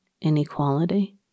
inequality